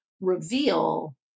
reveal